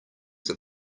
that